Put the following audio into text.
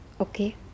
okay